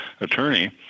attorney